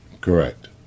Correct